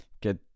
get